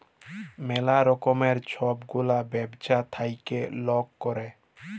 ম্যালা রকমের ছব গুলা ব্যবছা থ্যাইকে লক ক্যরে